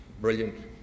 brilliant